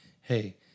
Hey